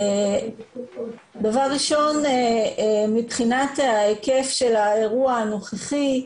דבר ראשון, מבחינת ההיקף של האירוע הנוכחי,